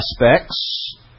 aspects